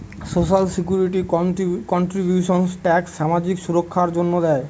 social security contributions tax সামাজিক সুররক্ষার জন্য দেয়